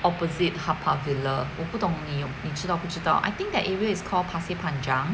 opposite haw par villa 我不懂你有你知道不知道 I think that area is called pasir panjang